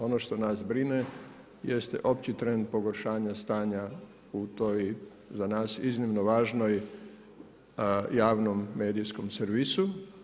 Ono što nas brine, jeste opći trend pogoršanja stanja u toj za nas iznimno važnom javnom medijskom servisu.